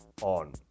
on